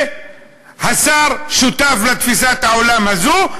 והשר שותף לתפיסת העולם הזאת.